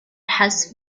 has